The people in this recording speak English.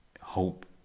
hope